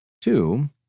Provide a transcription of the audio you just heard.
Two